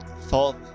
thought